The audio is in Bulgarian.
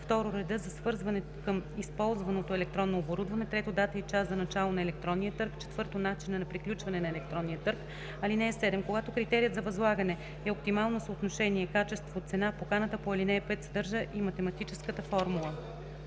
2. реда за свързване към използваното електронно оборудване; 3. дата и час за начало на електронния търг; 4. начина на приключване на електронния търг. (7) Когато критерият за възлагане е оптимално съотношение качество/цена, поканата по ал. 5 съдържа и математическата формула,